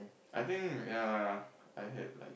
I think ya I had like